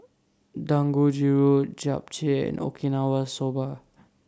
Dangojiru Japchae and Okinawa Soba